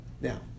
now